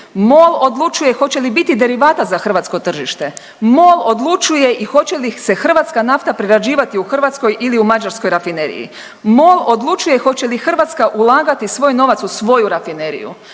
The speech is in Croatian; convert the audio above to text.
Mol odlučuje hoće li biti derivata za hrvatsko tržište, Mol odlučuje i hoće li se hrvatska nafta prerađivati u hrvatskoj ili u mađarskoj rafineriji, Mol odlučuje hoće li Hrvatska ulagati svoj novac u svoju rafineriju,